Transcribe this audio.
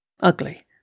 ugly